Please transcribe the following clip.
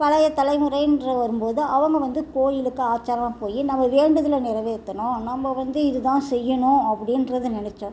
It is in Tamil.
பழைய தலைமுறைன்ற வரும்போது அவங்க வந்து கோயிலுக்கு ஆச்சாரமாக போய் நம்ம வேண்டுதலை நிறவேத்தணும் நம்ம வந்து இதுதான் செய்யணும் அப்படின்றத நினச்சோம்